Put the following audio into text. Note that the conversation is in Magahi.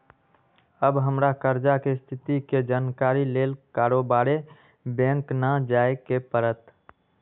अब हमरा कर्जा के स्थिति के जानकारी लेल बारोबारे बैंक न जाय के परत्